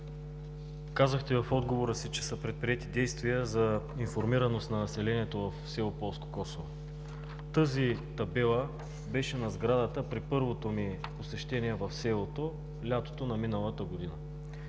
Казахте в отговора си, че са предприети действия за информираност на населението в село Полско Косово. Тази табела (показва) беше на сградата при първото ми посещение в селото през лятото на миналата година.